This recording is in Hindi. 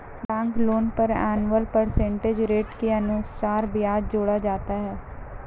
बैंक लोन पर एनुअल परसेंटेज रेट के अनुसार ब्याज जोड़ा जाता है